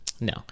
No